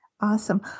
Awesome